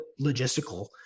logistical